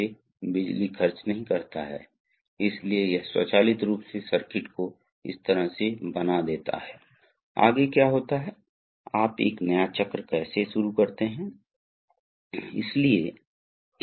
अब हम मुख्य घटक पर आते हैं इसलिए सबसे पहले पंप है जैसा कि आपने देखा है कि पंप हाइड्रोलिक ऊर्जा का जनरेटर है जो प्रवाह दर पर द्रव वितरित करता है जो लोड और एक दिए गए दबाव पर निर्धारित होता है